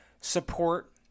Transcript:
support